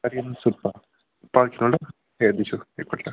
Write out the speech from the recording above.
आर्यन सुब्बा पर्खिनु ल हेर्देछु एकपल्ट